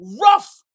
rough